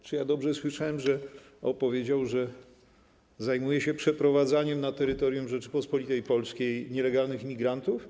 Czy ja dobrze słyszałem, że powiedział, że zajmuje się przeprowadzaniem na terytorium Rzeczypospolitej Polskiej nielegalnych imigrantów?